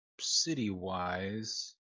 City-wise